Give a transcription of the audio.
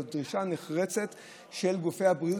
אבל זו דרישה נחרצת של גופי הבריאות,